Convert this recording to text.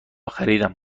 خریدم